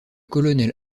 colonel